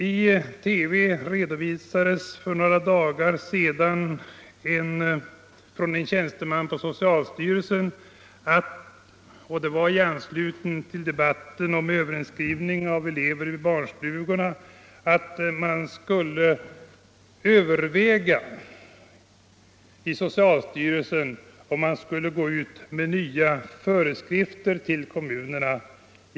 I TV redovisades för några dagar sedan, i anslutning till debatten om överinskrivning av elever i barnstugorna, av en tjänsteman från socialstyrelsen att man skulle överväga i socialstyrelsen att gå ut med nya föreskrifter till kommunerna.